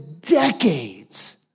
decades